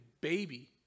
baby